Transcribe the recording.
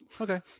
Okay